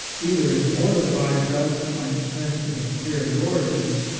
either it mortifies us by a sense of inferiority,